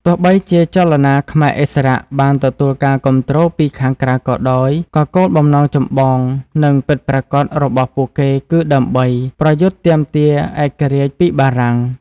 ទោះបីជា ចលនាខ្មែរឥស្សរៈ បានទទួលការគាំទ្រពីខាងក្រៅក៏ដោយ ក៏ គោលបំណងចម្បង និងពិតប្រាកដរបស់ពួកគេ គឺដើម្បី ប្រយុទ្ធទាមទារឯករាជ្យពីបារាំង។